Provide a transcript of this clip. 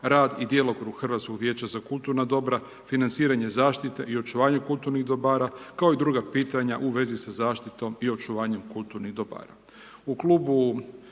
rad i djelokrug Hrvatskog vijeća za kulturna dobra, financiranje zaštite i očuvanje kulturnih dobara, kao i druga pitanja u vezi sa zaštitom i očuvanju kulturnih dobara.